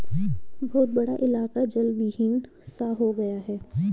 बहुत बड़ा इलाका जलविहीन सा हो गया है